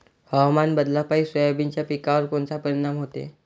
हवामान बदलापायी सोयाबीनच्या पिकावर कोनचा परिणाम होते?